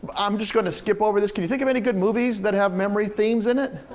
i'm just gonna skip over this. can you think of any good movies that have memory themes in it?